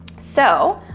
so,